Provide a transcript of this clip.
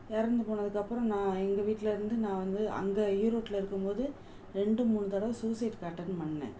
இறந்து போனதுக்கப்புறம் நான் எங்கள் வீட்டில இருந்து நான் வந்து அங்கே ஈரோட்ல இருக்கும் போது ரெண்டு மூணு தடவை சூசைட்க்கு அட்டன் பண்ணேன்